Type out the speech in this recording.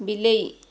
ବିଲେଇ